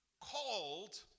called